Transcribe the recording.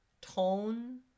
tone